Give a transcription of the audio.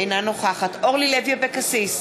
אינה נוכחת אורלי לוי אבקסיס,